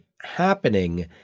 happening